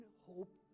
hope